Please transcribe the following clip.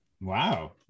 Wow